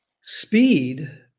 speed